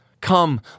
come